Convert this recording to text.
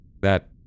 That